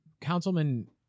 Councilman